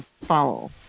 follow